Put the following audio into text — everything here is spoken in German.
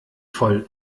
voll